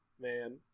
man